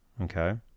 Okay